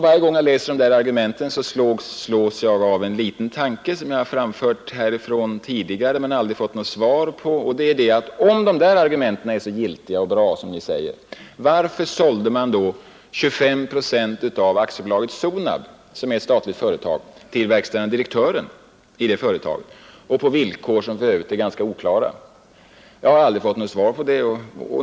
Varje gång jag hör dessa argument slås jag av en liten tanke som jag framfört tidigare från denna talarstol men aldrig fått något svar på. Om dessa argument är så giltiga och bra som ni säger, varför sålde man då 25 procent av AB SONAB, som är ett statligt företag, till verkställande direktören i företaget och på villkor som för övrigt är ganska oklara? Jag har aldrig fått något svar på detta.